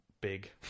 big